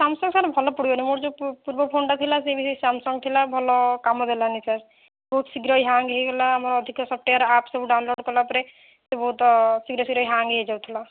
Samsung sir ଭଲ ପଡ଼ିବନି ମୋର ଯୋଉ ପୂର୍ବ ଫୋନ୍ ଟା ଥିଲା ସିଏ ବି ସେଇ ସାମସଙ୍ଗ୍ ଥିଲା ଭଲ କାମ ଦେଲାନି ସାର୍ ବହୁତ ଶୀଘ୍ର ହ୍ୟାଙ୍ଗ୍ ହେଇଗଲା ଆମର ଅଧିକା ସପ୍ଟୱାର୍ ଆପସ୍ ସବୁ ଡାଉନ୍ଲୋଡ଼୍ କଲା ପରେ ସିଏ ବହୁତ ଶୀଘ୍ର ଶୀଘ୍ର ହ୍ୟାଙ୍ଗ୍ ହେଇ ଯାଉଥିଲା